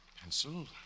Pencil